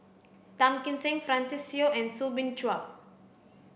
Tan Kim Seng Francis Seow and Soo Bin Chua